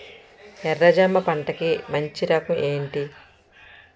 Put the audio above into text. ఎర్ర జమ పంట కి మంచి రకం ఏంటి?